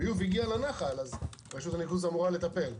הביוב הגיע לנחל ורשות הניקוז אמורה לטפל,